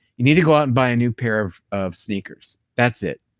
you need to go out and buy a new pair of of sneakers. that's it.